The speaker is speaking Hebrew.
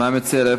מה מציע?